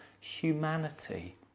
Humanity